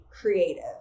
creative